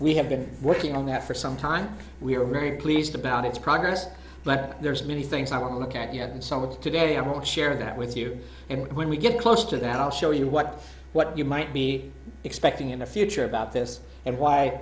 we have been working on that for some time we are very pleased about its progress but there's many things i want to look at yet and some of today i will share that with you and when we get close to that i'll show you what what you might be expecting in the future about this and why